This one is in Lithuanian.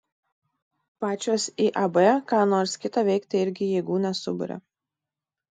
pačios iab ką nors kitą veikti irgi jėgų nesuburia